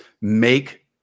make